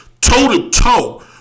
toe-to-toe